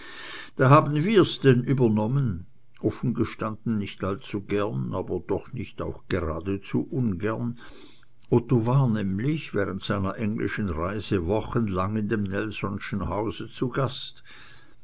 da haben wir's denn übernommen offen gestanden nicht allzu gern aber doch auch nicht geradezu ungern otto war nämlich während seiner englischen reise wochenlang in dem nelsonschen hause zu gast